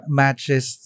matches